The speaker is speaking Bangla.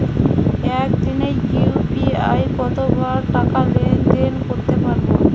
একদিনে ইউ.পি.আই কতবার টাকা লেনদেন করতে পারব?